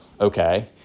okay